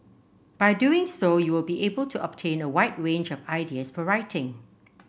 by doing so you will be able to obtain a wide range of ideas for writing